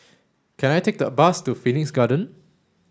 can I take a bus to Phoenix Garden